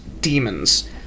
demons